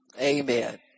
Amen